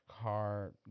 car